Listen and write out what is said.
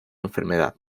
enfermedad